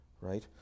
right